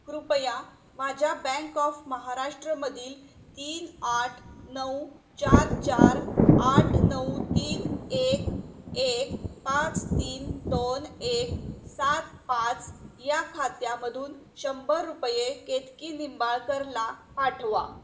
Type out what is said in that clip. कृपया माझ्या bank of महाराष्ट्रमधील तीन आठ नऊ चार चार आठ नऊ तीन एक एक पाच तीन दोन एक सात पाच या खात्यामधून शंभर रुपये केतकी निंबाळकरला पाठवा